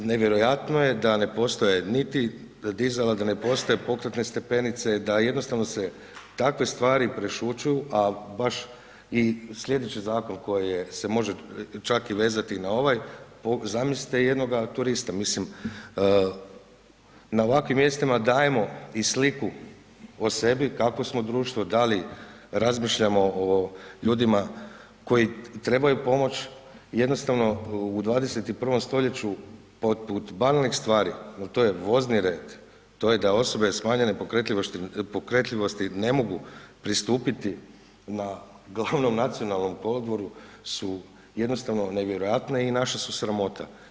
Nevjerojatno je da ne postoje niti dizala, da ne postoje pokretne stepenice, da jednostavno se takve stvari prešućuju a baš i slijedeći zakon koji se može čak i vezati na ovaj, zamislite jednoga turista, mislim, na ovakvim mjestima dajemo i sliku o sebi kako smo društvo, da li razmišljamo o ljudima koji trebaju pomoć, jednostavno u 21. st. poput banalnih stvari a to je vozni red, to je da osobe smanjene pokretljivosti ne mogu pristupiti na glavnom nacionalnom kolodvoru su jednostavno nevjerojatne i naša su sramota.